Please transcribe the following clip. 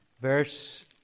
verse